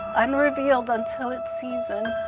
unrevealed until its season.